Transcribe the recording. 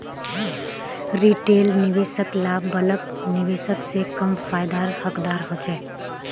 retail निवेशक ला bulk निवेशक से कम फायेदार हकदार होछे